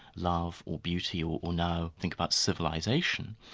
love, or beauty, or or now think about civilisation,